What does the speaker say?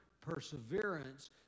perseverance